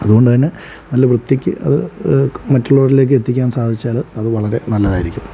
അതുകൊണ്ടു തന്നെ നല്ല വൃത്തിയ്ക്കു അത് മറ്റുള്ളവരിലേക്ക് എത്തിക്കാൻ സാധിച്ചാൽ അത് വളരെ നല്ലതായിരിക്കും